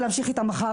ולהמשיך איתה מחר,